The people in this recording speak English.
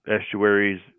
estuaries